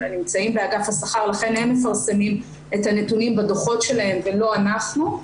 הם נמצאים באגף השכר לכן הם מפרסמים את הנתונים בדו"חות שלהם ולא אנחנו.